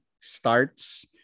starts